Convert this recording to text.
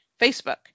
Facebook